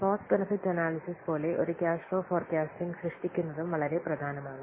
cost benefit analysis പോലെ ഒരു cash flow forecasting സൃഷ്ടിക്കുന്നതും വളരെ പ്രധാനമാണ്